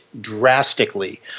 drastically